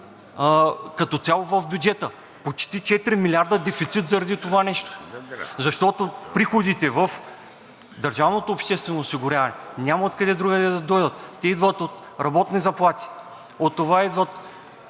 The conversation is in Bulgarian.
като цяло в бюджета. Почти четири милиарда дефицит заради това нещо, защото приходите в държавното обществено осигуряване няма откъде другаде да дойдат. Те идват от работни заплати, от това идват